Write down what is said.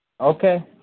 Okay